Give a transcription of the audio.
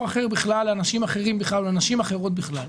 אחר בכלל לאנשים אחרים או לנשים אחרות בכלל.